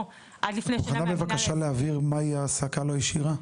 או עד לפני --- את יכולה בבקשה להעביר מה זה העסקה לא ישירה?